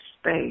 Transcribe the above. space